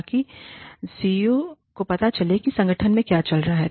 ताकि सीईओ को पता चले कि संगठन में क्या चल रहा है